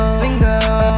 single